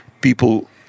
people